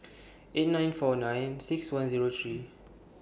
eight nine four nine six one Zero three